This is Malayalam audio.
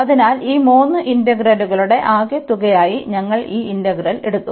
അതിനാൽ ഈ മൂന്ന് ഇന്റഗ്രലുകളുടെ ആകെത്തുകയായി ഞങ്ങൾ ഈ ഇന്റഗ്രൽ എടുത്തു